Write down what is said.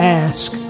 ask